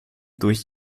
durch